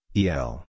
el